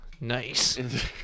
Nice